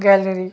gallery